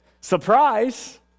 surprise